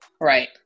right